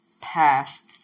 past